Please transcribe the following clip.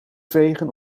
vegen